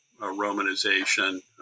romanization